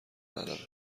نداره